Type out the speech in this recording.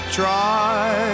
try